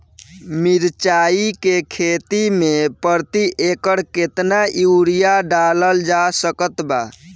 मिरचाई के खेती मे प्रति एकड़ केतना यूरिया डालल जा सकत बा?